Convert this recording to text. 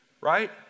right